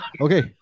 okay